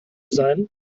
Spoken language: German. sein